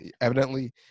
evidently